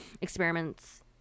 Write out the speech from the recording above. experiments